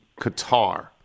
Qatar